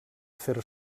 fer